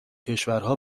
کشورها